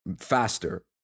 Faster